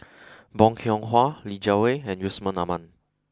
Bong Hiong Hwa Li Jiawei and Yusman Aman